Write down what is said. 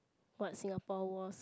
what Singapore was